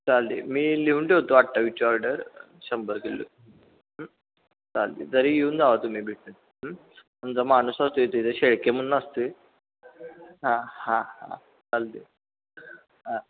चालेल मी लिहून ठेवतो अठ्ठावीसची ऑर्डर शंभर किलो चालेल जरी येऊन जावा तुम्ही भेटून आमचा माणूस असतो इथे शेळके म्हणून असतो आहे हां हां हां चालते हां